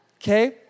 Okay